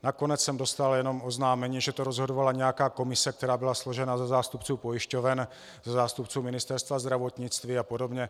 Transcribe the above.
Nakonec jsem dostal jenom oznámení, že to rozhodovala nějaká komise, která byla složena ze zástupců pojišťoven, ze zástupců Ministerstva zdravotnictví apod.